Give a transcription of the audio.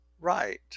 right